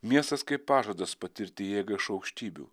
miestas kaip pažadas patirti jėgą iš aukštybių